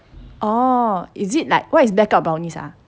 oh is it like what is blackout brownies !huh!